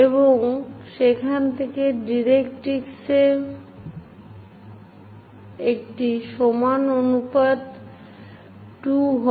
এবং সেখান থেকে ডাইরেক্ট্রিক্সে পর্যন্ত এটি সমান অনুপাত 2 হয়